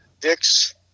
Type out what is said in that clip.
Dick's